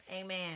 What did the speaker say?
Amen